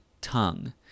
tongue